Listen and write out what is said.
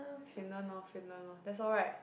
Finland lor Finland lor that's all right